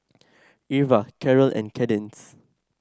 Irva Karel and Kadence